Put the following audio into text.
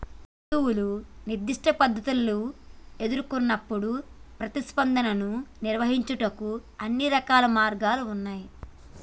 జంతువు నిర్దిష్ట పరిస్థితుల్ని ఎదురుకొన్నప్పుడు ప్రతిస్పందనను నిర్వహించుటకు అన్ని రకాల మార్గాలు ఉన్నాయి